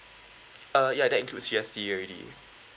uh ya that includes G_S_T already